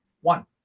one